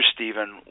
Stephen